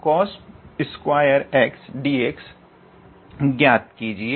तो ∫𝑠𝑖𝑛4𝑥𝑐𝑜𝑠2𝑥𝑑𝑥 ज्ञात कीजिए